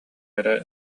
эрэ